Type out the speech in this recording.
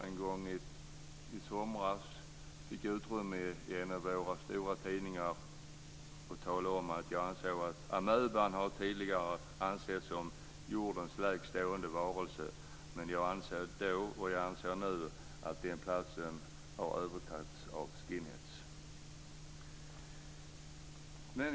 En gång i somras fick jag utrymme i en av våra stora tidningar för att tala om att jag anser att amöban tidigare har ansetts som jordens lägst stående varelse, men att jag då ansåg, och jag anser nu, att den platsen har övertagits av skinheads.